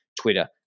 Twitter